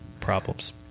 problems